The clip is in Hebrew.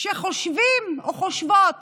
שחושבים או חושבות